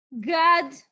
God